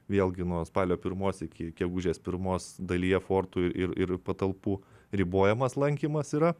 vėlgi nuo spalio pirmos iki gegužės pirmos dalyje fortų ir ir patalpų ribojamas lankymas yra